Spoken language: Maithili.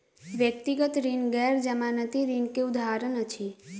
व्यक्तिगत ऋण गैर जमानती ऋण के उदाहरण अछि